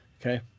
Okay